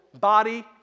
body